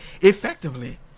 effectively